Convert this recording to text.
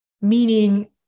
Meaning